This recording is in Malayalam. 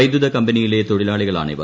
വൈദ്യുത കമ്പനിയിലെ തൊഴിലാളികളാണ് ഇവർ